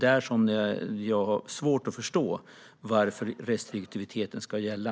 Där har jag svårt att förstå varför restriktiviteten ska gälla.